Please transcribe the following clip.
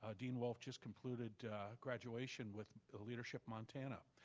ah dean wolff just concluded graduation with leadership montana,